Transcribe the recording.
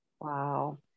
wow